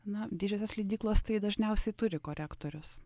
na didžiosios leidyklos tai dažniausiai turi korektorius